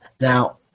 Now